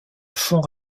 fond